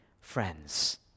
friends